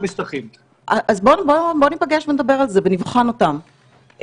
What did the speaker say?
אז בוא ניפגש ונדבר על זה ונבחן אותם.